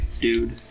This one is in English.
dude